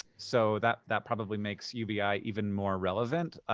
so that that probably makes ubi even more relevant.